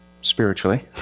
spiritually